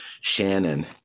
Shannon